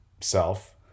self